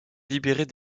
libérer